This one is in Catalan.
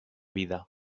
vida